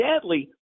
sadly